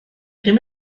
ddim